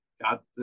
got